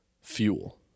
fuel